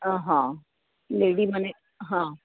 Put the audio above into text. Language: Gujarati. અહહ લેડી મને હા